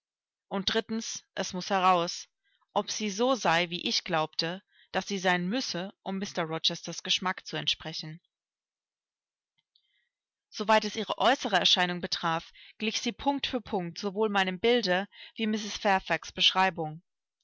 und drittens es muß heraus ob sie so sei wie ich glaubte daß sie sein müsse um mr rochesters geschmack zu entsprechen so weit es ihre äußere erscheinung betraf glich sie punkt für punkt sowohl meinem bilde wie mrs fairfax beschreibung